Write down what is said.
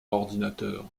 ordinateur